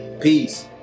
peace